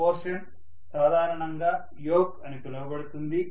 ఈ పోర్షన్ సాధారణంగా యోక్ అని పిలవబడుతుంది